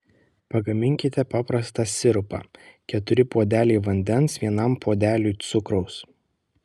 pagaminkite paprastą sirupą keturi puodeliai vandens vienam puodeliui cukraus